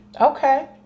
Okay